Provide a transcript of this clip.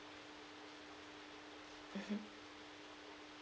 mmhmm